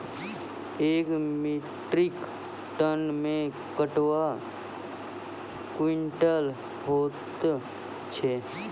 एक metric ton मे कतवा क्वींटल हैत छै?